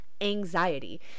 Anxiety